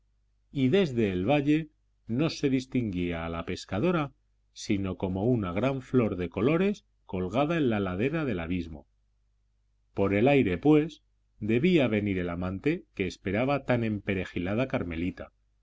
y desde el valle no se distinguía a la pescadora sino como una gran flor de colores colgada en la ladera del abismo por el aire pues debía venir el amante que esperaba tan emperejilada carmelita